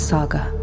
Saga